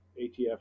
ATF